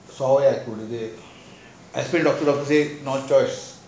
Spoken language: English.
no choice